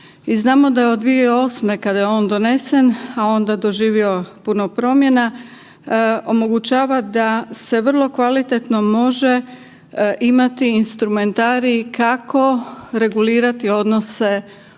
znamo da je od 2008. kada je on donesen, a onda doživio puno promjena, omogućava da se vrlo kvalitetno može imati instrumentarij kako regulirati odnose prema